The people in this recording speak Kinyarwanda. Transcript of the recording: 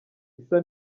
isa